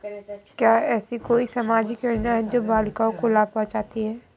क्या ऐसी कोई सामाजिक योजनाएँ हैं जो बालिकाओं को लाभ पहुँचाती हैं?